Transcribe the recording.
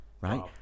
right